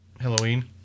Halloween